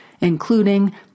including